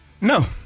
No